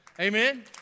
Amen